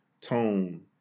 Tone